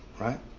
Right